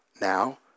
now